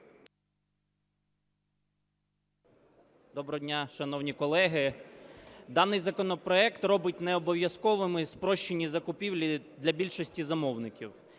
Доброго дня, шановні колеги! Даний законопроект робить необов'язковими спрощені закупівлі для більшості замовників.